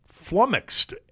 flummoxed